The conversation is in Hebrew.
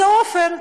עופר.